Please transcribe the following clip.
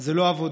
זה לא עבודה.